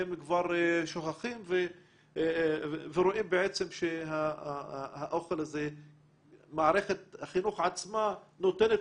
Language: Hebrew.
הם כבר שוכחים ורואים בעצם שמערכת החינוך עצמה נותנת